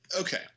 Okay